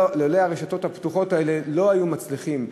הרשתות הפתוחות האלה לא היו מצליחים,